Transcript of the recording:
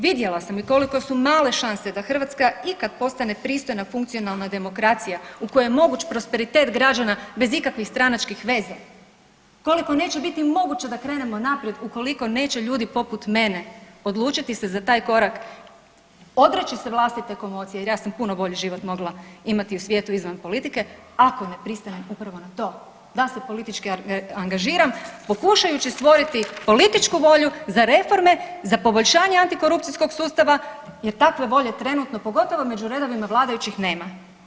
Vidjela sam i koliko su male šanse da Hrvatska ikad postane pristojna, funkcionalna demokracija u kojoj je moguć prosperitet građana bez ikakvih stranačkih veza, koliko neće biti moguće da krenemo naprijed ukoliko neće ljudi poput mene odlučiti se za taj korak, odreći se vlastite komocije jer ja sam puno bolji život mogla imati u svijetu izvan politike, ako ne pristanem upravo na to da se politički angažiram pokušavajući stvoriti političku volju za reforme, za poboljšanja antikorupcijskog sustava jer takve volje trenutno, pogotovo među redovima vladajućih nema.